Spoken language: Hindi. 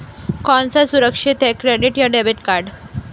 कौन सा सुरक्षित है क्रेडिट या डेबिट कार्ड?